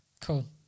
Cool